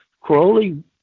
Crowley